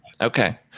Okay